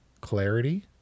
clarity